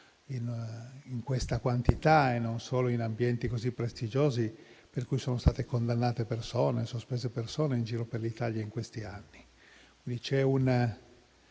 in questa quantità e non solo in ambienti così prestigiosi, per cui sono state condannate e sospese persone in giro per l'Italia, negli ultimi anni. Lì c'è una